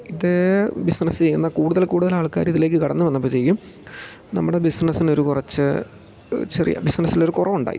ഇതേ ബിസ്നസ്സ് ചെയ്യുന്ന കൂടുതൽ കൂടുതൽ ആൾക്കാർ ഇതിലേക്ക് കടന്നു വന്നപ്പോഴത്തേക്കും നമ്മുടെ ബിസ്നസ്സിനൊരു കുറച്ച് ചെറിയ ബിസ്നസ്സിലൊരു കുറവുണ്ടായി